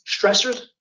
stressors